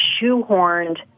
shoehorned